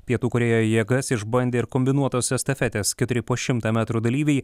pietų korėjoje jėgas išbandė ir kombinuotos estafetės keturi po šimtą metrų dalyviai